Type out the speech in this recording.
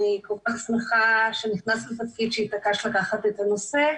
אני כל כך שמחה שנכנסת לתפקיד ושהתעקשת לקחת את הנושא.